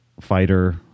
fighter